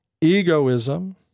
egoism